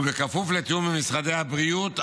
ובכפוף לתיאום עם משרדי הבריאות,